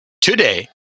today